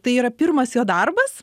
tai yra pirmas jo darbas